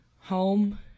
home